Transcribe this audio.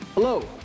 Hello